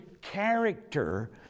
character